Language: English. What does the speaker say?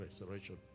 restoration